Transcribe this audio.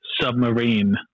submarine